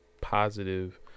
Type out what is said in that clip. positive